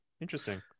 interesting